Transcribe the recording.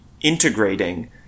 integrating